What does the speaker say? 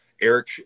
eric